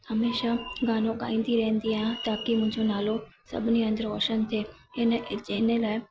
हमेशह गानो ॻाईंदी रहंदी आहियां ताकी मुंहिंजो नालो सभिनी हंधु रोशनु थिए हिन जे हिन लाइ